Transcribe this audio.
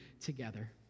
together